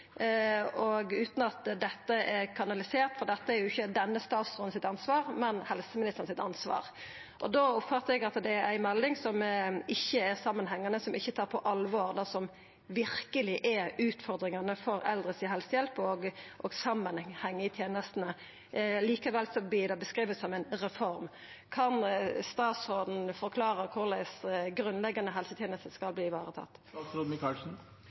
utan at dette er kanalisert, for dette er jo ikkje denne statsrådens ansvar, men helseministerens ansvar. Da oppfattar eg det som ei melding som ikkje er samanhangande, og som ikkje tar på alvor det som verkeleg er utfordringane for helsehjelpa til dei eldre, og samanhengen i tenestene. Likevel vert det beskrive som ei reform. Kan statsråden forklara korleis grunnleggjande helsetenester skal